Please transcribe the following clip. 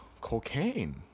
cocaine